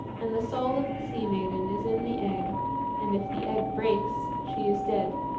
and the soul of the sea-maiden is in the egg and if the egg breaks she is dead.